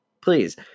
Please